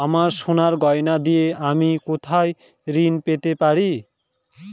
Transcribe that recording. আমার সোনার গয়নার দিয়ে আমি কোথায় ঋণ পেতে পারি?